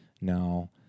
Now